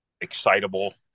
excitable